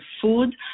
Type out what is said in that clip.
food